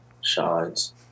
shines